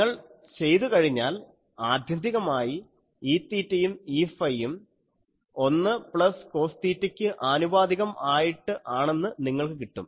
നിങ്ങൾ ചെയ്തു കഴിഞ്ഞാൽ ആത്യന്തികമായി Eθ യും Eφ യും 1 പ്ലസ് കോസ് തീറ്റയ്ക്ക് ആനുപാതികം ആയിട്ട് ആണെന്ന് നിങ്ങൾക്ക് കിട്ടും